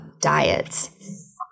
diets